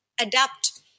adapt